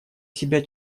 себя